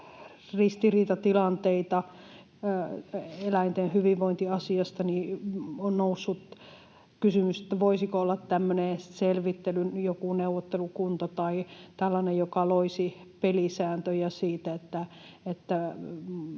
ristiriitatilanteita eläinten hyvinvointiasiasta, niin on noussut kysymys, voisiko olla tämmöinen selvittelyn joku neuvottelukunta tai tällainen, joka loisi pelisääntöjä siitä, miten